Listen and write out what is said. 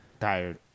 Tired